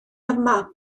yma